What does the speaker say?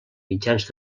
mitjans